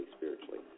spiritually